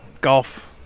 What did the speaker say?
golf